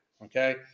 Okay